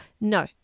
No